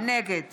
נגד